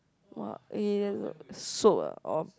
!wah! eh soap ah or